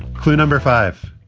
clue number five.